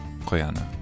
koyana